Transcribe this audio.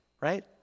right